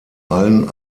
allen